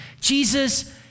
Jesus